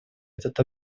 этот